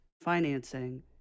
financing